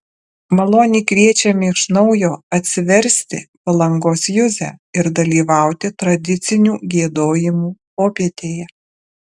maloniai kviečiame iš naujo atsiversti palangos juzę ir dalyvauti tradicinių giedojimų popietėje